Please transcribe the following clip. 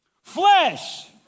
Flesh